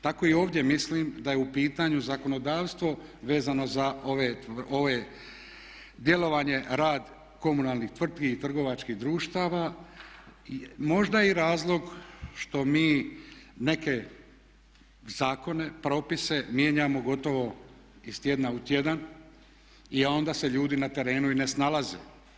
Tako i ovdje mislim da je u pitanju zakonodavstvo vezano za ove djelovanje, rad komunalnih tvrtki i trgovačkih društava, možda i razlog što mi neke zakone, propise mijenjamo gotovo iz tjedna u tjedan i onda se ljudi na terenu i ne snalaze.